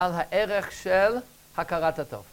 ‫על הערך של הכרת הטוב.